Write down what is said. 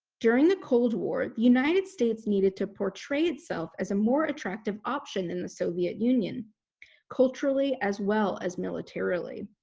during the cold war, the united states needed to portray itself as a more attractive option than the soviet union culturally as well as militarily.